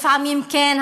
לפעמים כן,